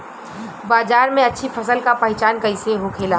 बाजार में अच्छी फसल का पहचान कैसे होखेला?